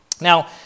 Now